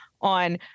on